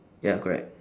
ya correct